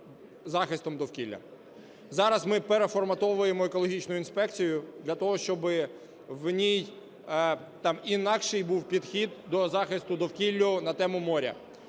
захистом довкілля. Зараз ми переформатовуємо екологічну інспекцію для того, щоб в ній інакший був підхід до захисту довкілля на тему моря.